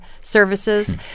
services